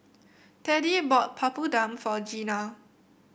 Teddie bought Papadum for Gina